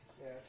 Yes